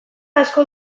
asko